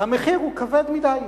המחיר הוא כבד מדי.